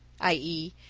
i e,